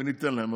וניתן להם.